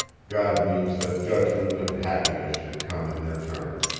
god means that judgment and happiness should come in their turn.